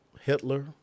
Hitler